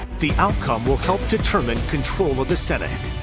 the outcome will help determine control of the senate.